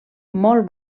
molt